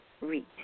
read